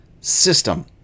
system